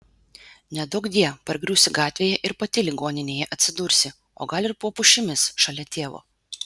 neduokdie pargriūsi gatvėje ir pati ligoninėje atsidursi o gal ir po pušimis šalia tėvo